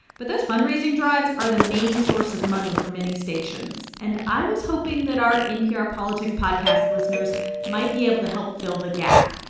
but those fundraising drives are the main source of money for many stations, and i was hoping that our npr politics podcast listeners might be able to help fill the gap.